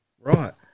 Right